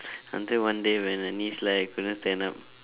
until one day when I knee slide I couldn't stand up